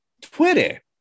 Twitter